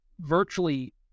virtually